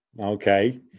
Okay